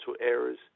errors